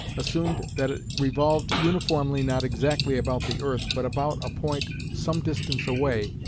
assumed that it revolved uniformly not exactly about the earth but about a point some distance away,